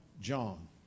John